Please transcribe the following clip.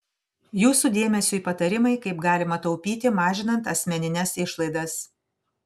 jūsų dėmesiui patarimai kaip galima taupyti mažinant asmenines išlaidas